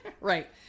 right